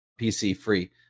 PC-free